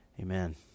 amen